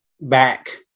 back